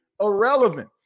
irrelevant